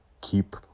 keep